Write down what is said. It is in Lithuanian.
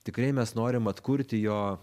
tikrai mes norim atkurti jo